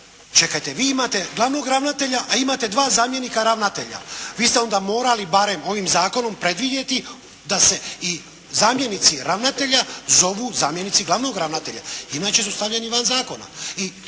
Čekajte, vi imate glavnog ravnatelja, a imate dva zamjenika ravnatelja. Vi ste onda morali barem ovim zakonom predvidjeti da se i zamjenici ravnatelja zovu zamjenici glavnog ravnatelja, inače su stavljeni van zakona.